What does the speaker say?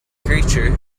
creature